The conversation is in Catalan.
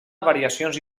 variacions